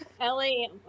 Ellie